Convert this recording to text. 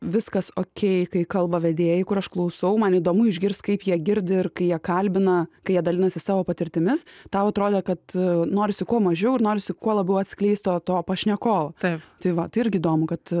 viskas okei kai kalba vedėjai kur aš klausau man įdomu išgirst kaip jie girdi ir kai jie kalbina kai jie dalinasi savo patirtimis tau atrodo kad norisi kuo mažiau ir norisi kuo labiau atskleist to to pašnekovo taip tai va tai irgi įdomu kad